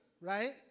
right